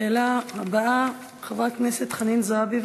השאלה הבאה, חברת הכנסת חנין זועבי.